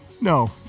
No